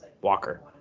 Walker